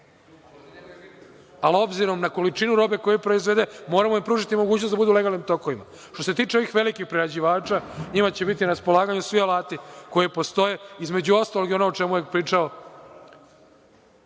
ali obzirom na količinu robe koju proizvode moramo pružiti mogućnost da budu u legalnim tokovima. Što se tiče ovih velikih prerađivača, njima će biti na raspolaganju svi alati koji postoje, između ostalog i ono o čemu je pričao